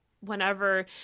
whenever